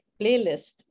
playlist